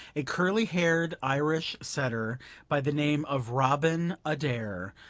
a curly-haired irish setter by the name of robin adair,